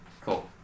Cool